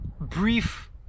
brief